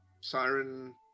Siren